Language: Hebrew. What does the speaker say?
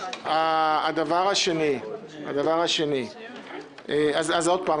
הדבר השני --- אז עוד פעם,